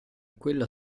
quella